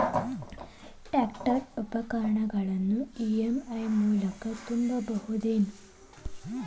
Tractor ಉಪಕರಣಗಳನ್ನು EMI ಮೂಲಕ ತುಂಬಬಹುದ ಏನ್?